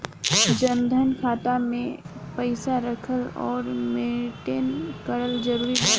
जनधन खाता मे पईसा रखल आउर मेंटेन करल जरूरी बा?